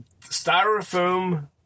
styrofoam